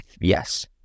Yes